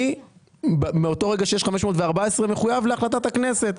אני מאותו רגע שיש 514 מחויב להחלטת הכנסת.